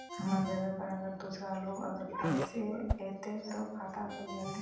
हमर जगह पर अगर दूसरा लोग अगर ऐते ते खाता खुल जते?